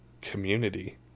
community